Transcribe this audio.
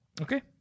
Okay